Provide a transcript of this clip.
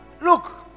look